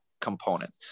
component